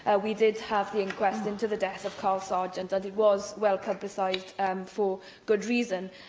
ah we did have the inquest into the death of carl sergeant and it was well publicised um for good reason.